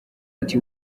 ati